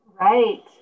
Right